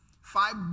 Five